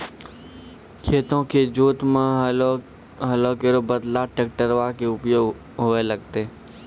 खेतो क जोतै म हलो केरो बदला ट्रेक्टरवा कॅ उपयोग होबे लगलै